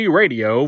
radio